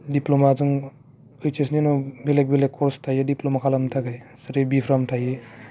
diploma जों ओइसएसनि उनाव बेलेक बेलेक कर्स थायो डिप्लमा खालामनो थाखाय जेरै बि फार्म थायो